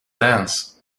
dance